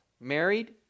married